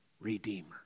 redeemer